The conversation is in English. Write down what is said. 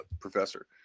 professor